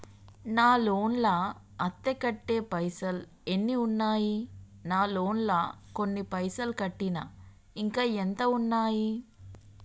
నా లోన్ లా అత్తే కట్టే పైసల్ ఎన్ని ఉన్నాయి నా లోన్ లా కొన్ని పైసల్ కట్టిన ఇంకా ఎంత ఉన్నాయి?